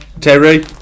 Terry